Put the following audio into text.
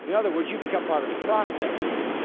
and other words, you become part of the process.